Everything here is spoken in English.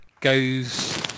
goes